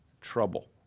trouble